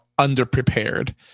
underprepared